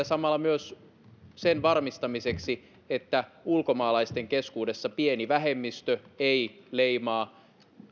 samalla myös sen varmistamiseksi että ulkomaalaisten keskuudessa pieni vähemmistö ei leimaa